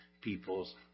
people's